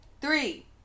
Three